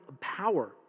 power